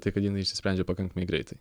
tai kad jinai išsisprendžia pakankamai greitai